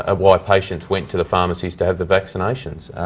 ah why patients went to the pharmacies to have the vaccinations.